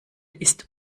ist